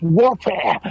warfare